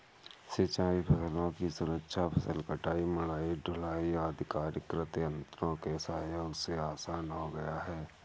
सिंचाई फसलों की सुरक्षा, फसल कटाई, मढ़ाई, ढुलाई आदि कार्य कृषि यन्त्रों के सहयोग से आसान हो गया है